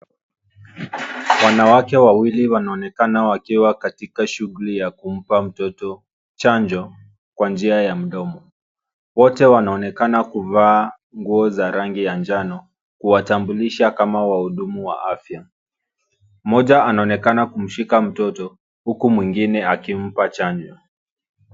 Wanawake wawili wanaonekana wakiwa katika shughuli ya kumpa mtoto chanjo kwa njia ya mdomo. Wote wanaonekana kuvaa nguo za rangi ya njano, kuwatambulisha kama wahudumu wa afya. Mmoja anaonekana kumshika mtoto, huku mwingine akimpa chanjo.